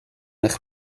eich